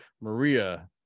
maria